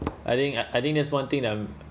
I think I think that's one thing that I'm